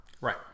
right